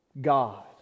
God